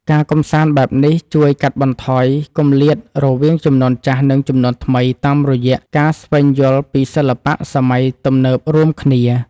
ការកម្សាន្តបែបនេះជួយកាត់បន្ថយគម្លាតរវាងជំនាន់ចាស់និងជំនាន់ថ្មីតាមរយៈការស្វែងយល់ពីសិល្បៈសម័យទំនើបរួមគ្នា។